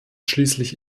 schließlich